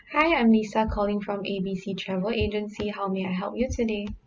hi I'm lisa calling from A_B_C travel agency how may I help you today